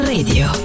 Radio